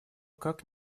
как